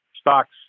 stocks